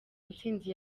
ntsinzi